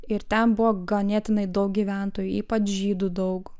ir ten buvo ganėtinai daug gyventojų ypač žydų daug